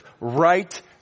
right